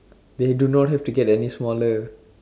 they do not have to get any smaller